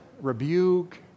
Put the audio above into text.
rebuke